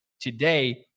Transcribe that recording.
today